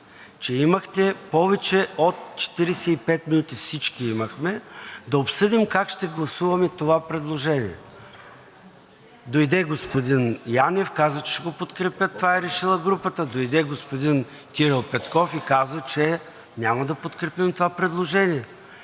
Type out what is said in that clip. че имахте повече от 45 минути – всички имахме, да обсъдим как ще гласуваме това предложение. Дойде господин Янев, каза, че ще го подкрепят – това е решила групата. Дойде господин Кирил Петков и каза, че няма да подкрепите това предложение.